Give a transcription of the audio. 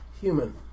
Human